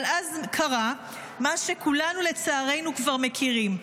אבל אז קרה מה שלצערנו כולנו כבר מכירים.